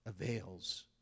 avails